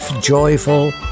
joyful